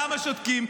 למה שותקים?